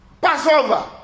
Passover